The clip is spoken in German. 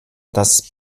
das